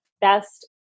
best